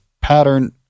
pattern